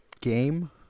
game